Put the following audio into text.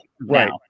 Right